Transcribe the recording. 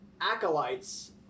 acolytes